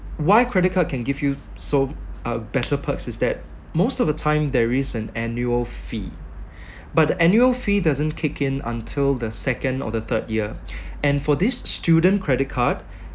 why credit card can give you so uh better perks is that most of the time there is an annual fee but the annual fee doesn't kick in until the second or the third year and for this student credit card